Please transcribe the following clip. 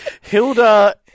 Hilda